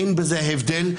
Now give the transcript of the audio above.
אין בזה הבדל.